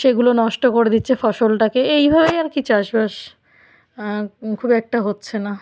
সেগুলো নষ্ট করে দিচ্ছে ফসলটাকে এইভাবেই আর কি চাষবাস খুব একটা হচ্ছে না